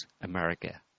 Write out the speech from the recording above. America